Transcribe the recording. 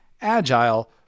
Agile